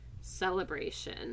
celebration